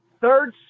third